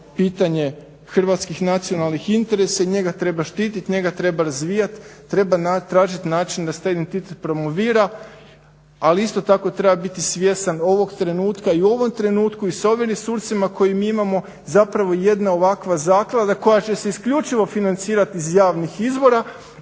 pitanje hrvatskih nacionalnih interesa i njega treba štititi, njega treba razvijat, treba tražiti način da se taj integritet promovira ali isto tako treba biti svjestan ovog trenutka i u ovom trenutku i s ovim resursima koji mi imamo zapravo jedna ovakva zaklada koja će isključivo financirati iz javnih izvora